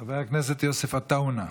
חבר הכנסת יוסף עטאונה.